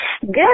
Good